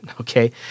Okay